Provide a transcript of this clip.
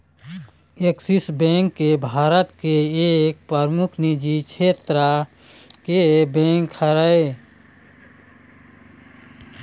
Axis bank Bharat के एक परमुख निजी छेत्र के बेंक हरय